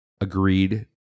agreed